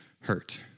hurt